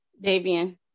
Davian